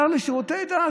השר לשירותי דת,